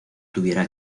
tuviera